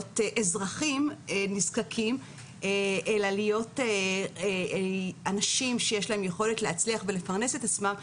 אזרחים נזקקים אלא להיות אנשים שיש להם יכולת להצליח ולפרנס את עצמם,